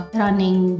running